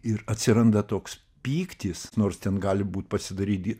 ir atsiranda toks pyktis nors ten gali būt pasidaryti